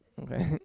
Okay